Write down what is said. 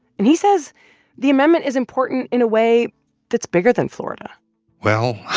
and he says the amendment is important in a way that's bigger than florida well,